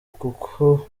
kuko